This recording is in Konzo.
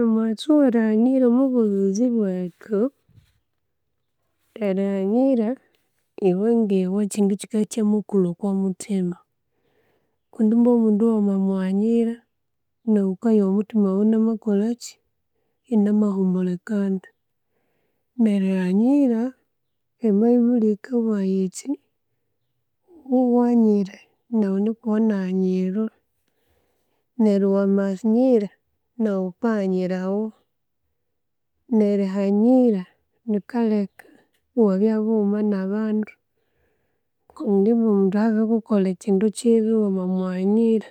Omughaso werighanyira omwobwomezi bwethu, erighanyira, iwe ngiwe ekyindu kikabya ikya makulwa okwomuthima kundi ibwa omundu wamamughanyira naghu ghukoyowa omutima waghu inamakolachi? Inamahulikana. Nerighanyira ebayubli yikabugha yithi ghunyaire naghu nuuku wanaghanyirwa neryu wamaghanyira naghu ghukaghanyirawa, nerighanyira likaleka iwabya bughuma na'abandu kundi obuli mundu oyukakulha ekindu kiibi wamamughanyira